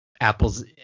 apple's